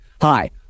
Hi